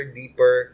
deeper